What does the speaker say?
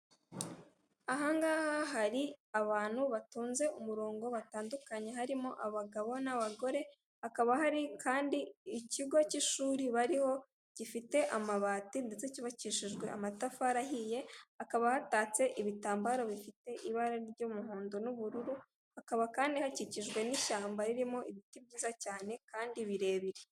Aha ngaha hari abantu batonze umurongo batandukanye, harimo abagabo n'abagore, hakaba hari kandi ikigo cy'ishuri bariho, gifite amabati ndetse cyubakishejwe amatafari ahiye, hakaba hatatse ibitambaro bifite ibara ry'umuhondo n'ubururu, hakaba kandi hakikijwe n'ishyamba ririmo ibiti byiza cyane kandi birebire.